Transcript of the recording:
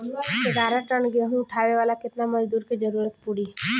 ग्यारह टन गेहूं उठावेला केतना मजदूर के जरुरत पूरी?